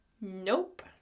Nope